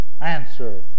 Answer